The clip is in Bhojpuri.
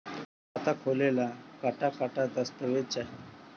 खाता खोले ला कट्ठा कट्ठा दस्तावेज चाहीं?